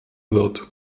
wird